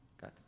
got